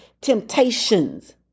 temptations